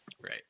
Right